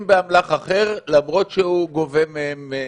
באמל"ח למרות שהוא גובה מהם נפגעים.